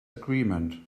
agreement